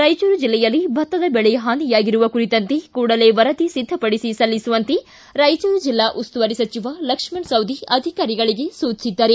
ರಾಯಚೂರು ಜಿಲ್ಲೆಯಲ್ಲಿ ಭತ್ತದ ಬೆಳೆ ಹಾನಿಯಾಗಿರುವ ಕುರಿತಂತೆ ಕೂಡಲೇ ವರದಿ ಸಿದ್ದಪಡಿಸಿ ಸಲ್ಲಿಸುವಂತೆ ರಾಯಚೂರು ಜಿಲ್ಲಾ ಉಸ್ತುವಾರಿ ಸಚಿವ ಲಕ್ಷ್ಮಣ ಸವದಿ ಅಧಿಕಾರಿಗಳಿಗೆ ಸೂಚಿಸಿದ್ದಾರೆ